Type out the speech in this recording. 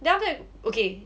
then after that okay